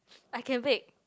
I can bake